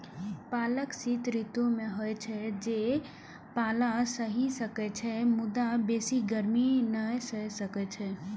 पालक शीत ऋतु मे होइ छै, जे पाला सहि सकै छै, मुदा बेसी गर्मी नै सहि सकै छै